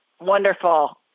Wonderful